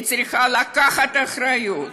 היא צריכה לקחת אחריות.